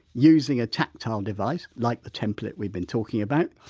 using a tactile device like the template we've been talking about,